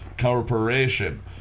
corporation